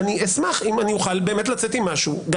אני אשמח אם אוכל באמת לצאת עם משהו שמחדש לי,